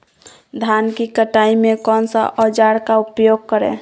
धान की कटाई में कौन सा औजार का उपयोग करे?